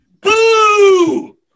Boo